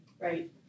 right